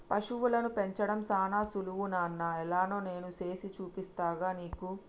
పశువులను పెంచడం సానా సులువు నాన్న ఎలానో నేను సేసి చూపిస్తాగా నీకు